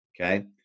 okay